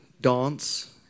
Dance